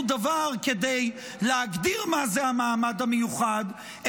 דבר כדי להגדיר מה זה המעמד המיוחד,